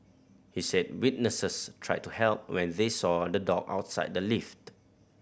he said witnesses tried to help when they saw the dog outside the lift